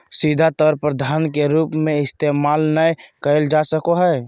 सीधा तौर पर धन के रूप में इस्तेमाल नय कइल जा सको हइ